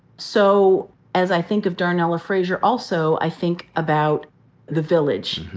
so as i think of darnella frazier, also i think about the village.